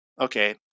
Okay